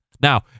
Now